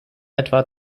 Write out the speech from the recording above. etwa